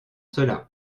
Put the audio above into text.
cela